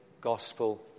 gospel